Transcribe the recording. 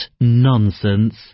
nonsense